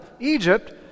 Egypt